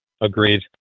Agreed